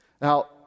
Now